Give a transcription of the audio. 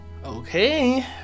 Okay